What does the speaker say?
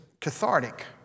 cathartic